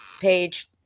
page